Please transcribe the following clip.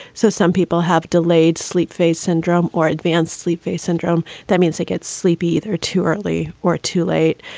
so some people have delayed sleep phase syndrome or advanced sleep phase syndrome. that means they get sleep either too early or too late.